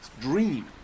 dream